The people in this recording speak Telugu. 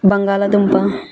బంగాళదుంప